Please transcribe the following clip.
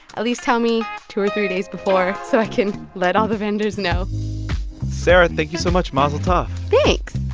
at least tell me two or three days before so i can let all the vendors know sarah, thank you so much. mazel tov thanks